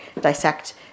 dissect